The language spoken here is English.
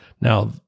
Now